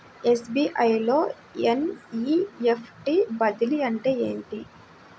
SBI లో NEFT బదిలీ అంటే ఏమిటి?